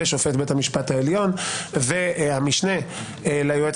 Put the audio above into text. ושופט בית המשפט העליון והמשנה ליועץ